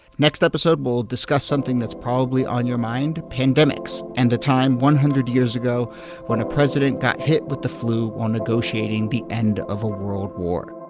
next episode, we'll discuss something that's probably on your mind, pandemics and the time one hundred years ago when a president got hit with the flu while negotiating the end of a world war.